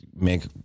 make